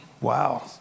Wow